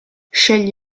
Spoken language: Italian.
scegli